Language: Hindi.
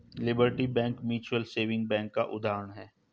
liberty bank mutual saving bank का उदाहरण है